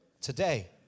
Today